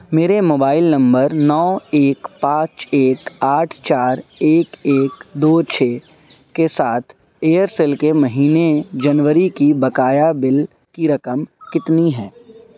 میرے mobile number نو ایک پانچ ایک آٹھ چار ایک ایک دو چھ کے ساتھ ایئرسل کے مہینے جنوری کی بقایا بل کی رقم کتنی ہے